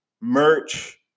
merch